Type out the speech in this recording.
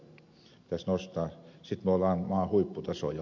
sitten me olemme maan huipputasoa jo